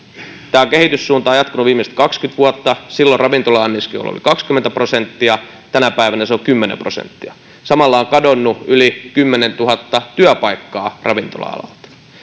tämä kehityssuunta on jatkunut viimeiset kaksikymmentä vuotta silloin ravintola anniskelu oli kaksikymmentä prosenttia tänä päivänä se on kymmenen prosenttia samalla on kadonnut yli kymmenentuhatta työpaikkaa ravintola alalta